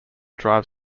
drive